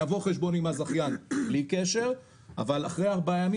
נבוא חשבון עם הזכיין בלי קשר אבל אחרי ארבעה ימים